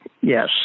Yes